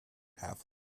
half